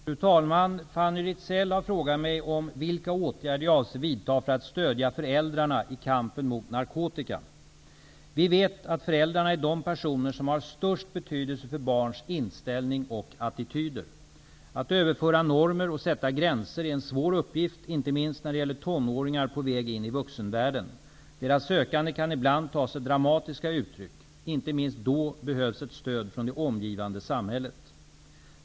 Fru talman! Fanny Rizell har frågat mig vilka åtgärder jag avser vidta för att stödja föräldrarna i kampen mot narkotikan. Vi vet att föräldrarna är de personer som har störst betydelse för barns inställning och attityder. Att överföra normer och sätta gränser är en svår uppgift, inte minst när det gäller tonåringar på väg in i vuxenvärlden. Deras sökande kan ibland ta sig dramatiska uttryck. Inte minst då behövs ett stöd från det omgivande samhället.